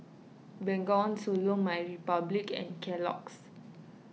Bengawan Solo MyRepublic and Kellogg's